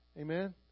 Amen